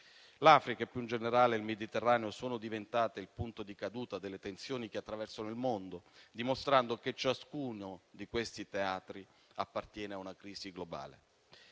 L'Africa e più in generale il Mediterraneo sono diventate il punto di caduta delle tensioni che attraversano il mondo, dimostrando che ciascuno di questi teatri appartiene a una crisi globale,